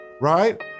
right